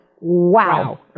wow